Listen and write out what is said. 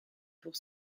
pour